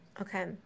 Okay